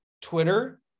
Twitter